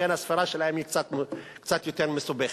לכן הספירה שלהם היא קצת יותר מסובכת.